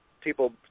people